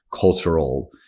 cultural